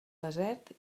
desert